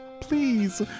please